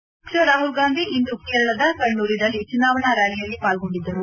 ಕಾಂಗ್ರೆಸ್ ಆಧ್ವಕ್ಷ ರಾಹುಲ್ಗಾಂಧಿ ಇಂದು ಕೇಳರದ ಕಣ್ಣೂರಿನಲ್ಲಿ ಚುನಾವಣಾ ರ್ನಾಲಿಯಲ್ಲಿ ಪಾಲ್ಗೊಂಡಿದ್ದರು